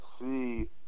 see